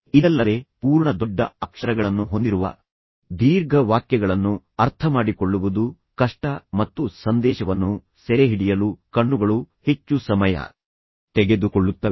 ಇದಲ್ಲದೆ ಪೂರ್ಣ ದೊಡ್ಡ ಅಕ್ಷರಗಳನ್ನು ಹೊಂದಿರುವ ದೀರ್ಘ ವಾಕ್ಯಗಳನ್ನು ಅರ್ಥಮಾಡಿಕೊಳ್ಳುವುದು ಕಷ್ಟ ಮತ್ತು ಸಂದೇಶವನ್ನು ಸೆರೆಹಿಡಿಯಲು ಕಣ್ಣುಗಳು ಹೆಚ್ಚು ಸಮಯ ತೆಗೆದುಕೊಳ್ಳುತ್ತವೆ